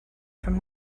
from